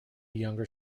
younger